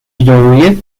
joliet